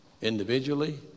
individually